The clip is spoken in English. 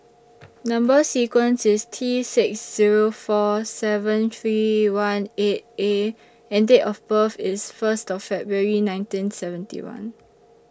Number sequence IS T six Zero four seven three one eight A and Date of birth IS First February nineteen seventy one